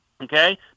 okay